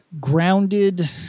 grounded